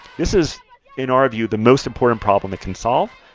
this is in our view the most important problem it can solve,